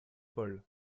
paul